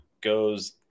goes